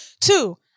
Two